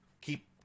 keep